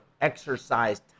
exercise